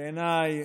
שבעיניי